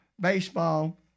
baseball